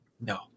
No